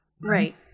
right